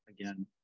again